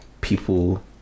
people